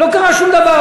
לא קרה שום דבר.